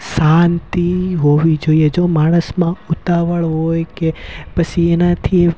શાંતિ હોવી જોઈએ જો માણસમાં ઉતાવળ હોય કે પછી એનાથી